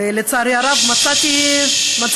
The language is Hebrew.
ולצערי הרב, מצאתי, ששש.